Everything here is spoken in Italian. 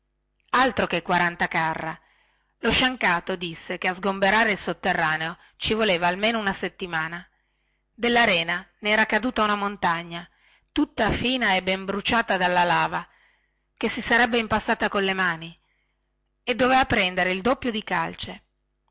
e lo sciancato disse che a sgomberare il sotterraneo ci voleva una settimana altro che quaranta carra di rena della rena ne era caduta una montagna tutta fina e ben bruciata dalla lava che si sarebbe impastata colle mani e dovea prendere il doppio di calce